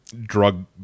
drug